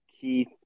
Keith